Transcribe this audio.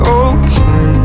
okay